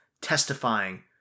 testifying